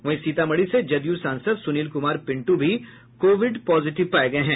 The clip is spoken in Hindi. वहीं सीतामढ़ी से जदयू सांसद सुनील कुमार पिंटू भी कोविड पॉजिटिव पाये गये हैं